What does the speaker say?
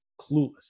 clueless